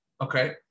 okay